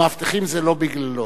המאבטחים זה לא בגללו.